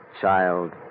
child